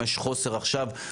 אם יש חוסר עכשיו,